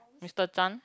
Mister Chan